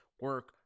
Work